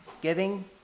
Giving